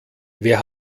wer